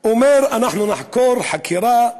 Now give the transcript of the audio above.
אומר: אנחנו נחקור חקירה ארוכה.